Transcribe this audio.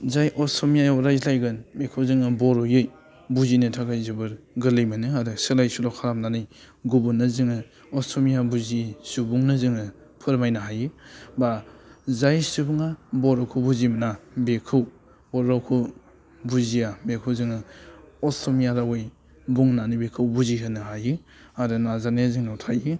जाय असमियायाव रायज्लायगोन बेखौ जोङो बर'वै बुजिनो थाखाय जोबोर गोरलै मोनो आरो सोलाय सोल' खालामनानै गुबुननो जोङो असमिया बुजियै सुबुंनो जोङो फोरमायनो हायो बा जाय सुबुङा बर'खौ बुजि मोना बेखौ बर' रावखौ बुजिया बेखौ जोङो असमिया रावै बुंनानै बेखौ बुजि होनो हायो आरो नाजानाया जोंनाव थायो